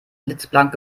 blitzblank